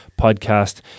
podcast